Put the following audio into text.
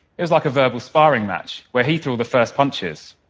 it was like a verbal sparring match where he threw the first punches.